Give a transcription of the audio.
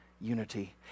unity